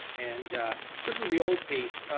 and this is the old piece.